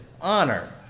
honor